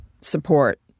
support